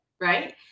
right